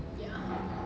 ya